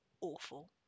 awful